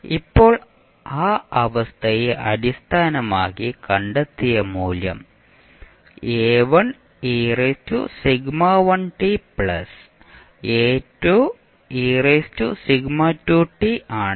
ഇപ്പോൾ ആ അവസ്ഥയെ അടിസ്ഥാനമാക്കി കണ്ടെത്തിയ മൂല്യം ആണ്